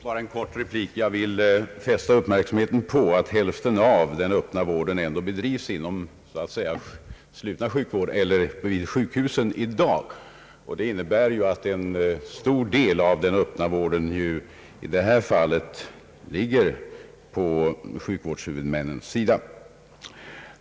Herr talman! Jag vill fästa uppmärksamheten på att hälften av den öppna vården i dag bedrivs vid sjukhusen. Det innebär att en stor del av den öppna vården i det här fallet ligger på sjukvårdshuvudmännens sida.